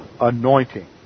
anointing